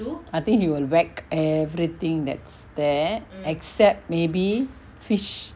I think he will whack everything that's there except maybe fish